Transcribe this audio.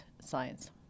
science